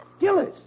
Gillis